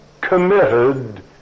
committed